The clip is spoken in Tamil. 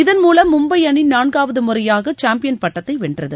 இதன் மூலம் மும்பை அணி நான்காவது முறையாக சாம்பியன் பட்டத்தை வென்றது